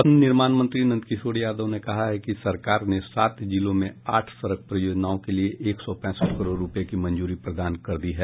पथ निर्माण मंत्री नंदकिशोर यादव ने कहा है कि सरकार ने सात जिलों में आठ सड़क परियोजनाओं के लिए एक सौ पैंसठ करोड़ रूपये की मंजूरी प्रदान कर दी है